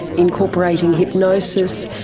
incorporating hypnosis,